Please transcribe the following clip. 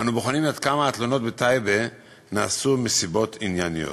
אנו בוחנים עד כמה התלונות בטייבה מועלות מסיבות ענייניות.